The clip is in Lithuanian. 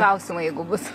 klausimai jeigu bus